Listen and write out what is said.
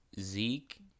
Zeke